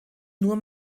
nur